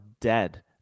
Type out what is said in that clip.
dead